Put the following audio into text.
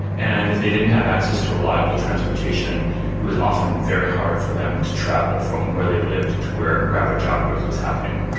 and if they didn't have access to reliable transportation it was often very hard for them to travel from where they lived to where rapid job growth was happening.